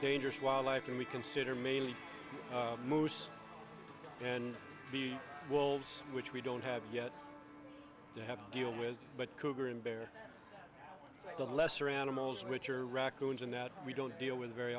dangerous wildlife and we consider mainly moose and the wolves which we don't have yet to have deal with but cougar and bear the lesser animals which are raccoons and that we don't deal with very